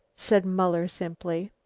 said muller simply.